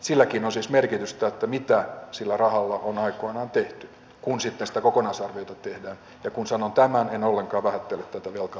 silläkin on siis merkitystä mitä sillä rahalla on aikoinaan tehty kun sitten kokonaisarviota tehdään ja kun sanon tämän en ollenkaan vähättele tätä velkaantumisen määrää